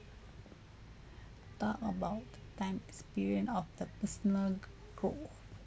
talk about time experience of the personal goal